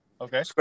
Okay